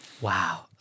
Wow